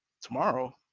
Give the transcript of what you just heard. tomorrow